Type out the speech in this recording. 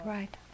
Right